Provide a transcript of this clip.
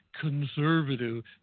Conservative